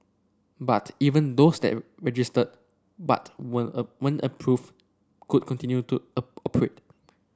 but even those that registered but when a weren't approved could continue to operate